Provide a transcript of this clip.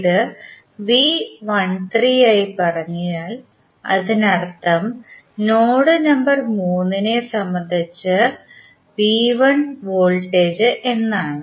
ഇത് ആയി പറഞ്ഞാൽ അതിനർത്ഥം നോഡ് നമ്പർ മൂന്നിനെ നെ സംബന്ധിച്ച വോൾട്ടേജ് എന്നാണ്